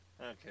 Okay